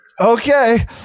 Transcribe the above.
Okay